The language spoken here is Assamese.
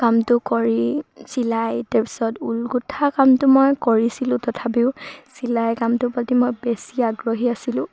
কামটো কৰি চিলাই তাৰপিছত ঊল গুঠা কামটো মই কৰিছিলোঁ তথাপিও চিলাই কামটোৰ প্ৰতি মই বেছি আগ্ৰহী আছিলোঁ